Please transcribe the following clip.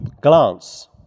glance